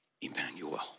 Emmanuel